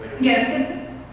Yes